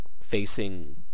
facing